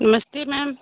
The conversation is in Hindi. नमस्ते मैम